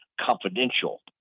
Confidential